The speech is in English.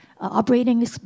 operating